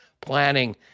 planning